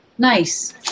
Nice